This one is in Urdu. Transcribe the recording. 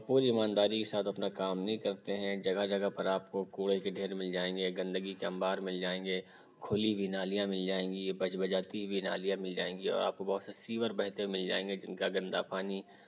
پوری ایمانداری کے ساتھ اپنا کام نہیں کرتے ہیں جگہ جگہ پر آپ کو کوڑے کے ڈھیر مل جائیں گے گندگی کے انبار مل جائیں گے کُھلی ہوئی نالیاں مل جائیں گی بج بجاتی ہوئی نالیاں مل جائیں گی اور آپ کو بہت سے سیور بہتے مل جائیں گے جن کا گندا پانی